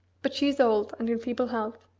but she is old, and in feeble health,